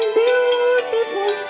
beautiful